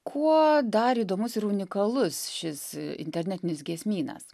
kuo dar įdomus ir unikalus šis internetinis giesmynas